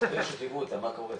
אחרי שחייבו אותם מה קורה?